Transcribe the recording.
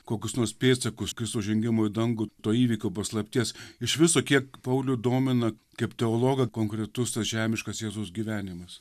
kokius nors pėdsakus kristaus žengimo į dangų to įvykio paslapties iš viso kiek paulių domina kaip teologą konkretus tas žemiškas jėzaus gyvenimas